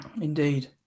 Indeed